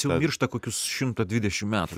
jis jau miršta kokius šimtą dvidešimt metų